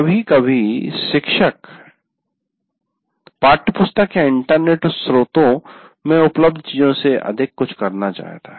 कभी कभी एक शिक्षक पाठ्यपुस्तक या इंटरनेट स्रोत में उपलब्ध चीज़ों से अधिक कुछ करना चाहता है